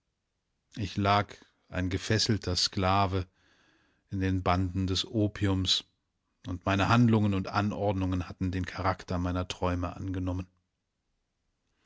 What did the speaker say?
ich lag ein gefesselter sklave in den banden des opiums und meine handlungen und anordnungen hatten den charakter meiner träume angenommen